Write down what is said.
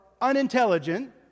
unintelligent